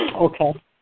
Okay